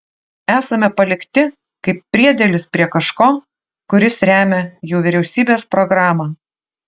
esame palikti kaip priedėlis prie kažko kuris remią jų vyriausybės programą